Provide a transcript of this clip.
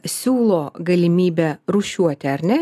siūlo galimybę rūšiuoti ar ne